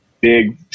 big